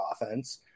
offense